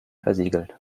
versiegelt